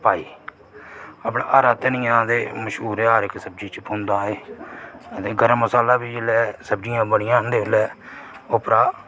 पाई अपना हरा धनिया ते छूरेआ हर इक सब्जी च पोंदा है ऐ ते गर्म मसाला बी जेलै सब्जियां बनी जाह्न ते उसलै ओपरा